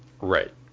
Right